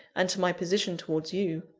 and to my position towards you.